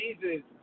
Jesus